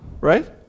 right